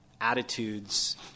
attitudes